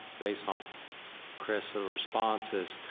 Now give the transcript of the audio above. based on chris, the response is,